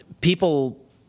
people